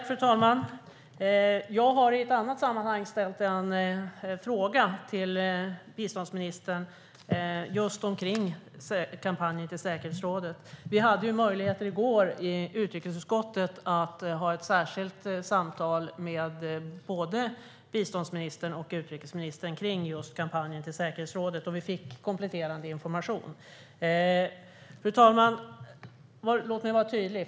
Fru talman! Jag har i ett annat sammanhang ställt en fråga till biståndsministern om just kampanjen till säkerhetsrådet. I utrikesutskottet i går hade vi möjlighet att ha ett särskilt samtal med både biståndsministern och utrikesministern kring just kampanjen till säkerhetsrådet, och vi fick kompletterande information. Fru talman! Låt mig vara tydlig.